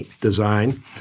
design